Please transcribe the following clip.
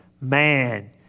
Man